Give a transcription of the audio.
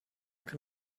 can